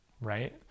right